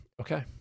Okay